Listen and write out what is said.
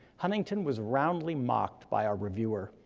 huntington was roundly mocked by our reviewer,